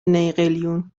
نیقلیون